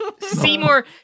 Seymour